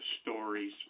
stories